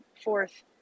fourth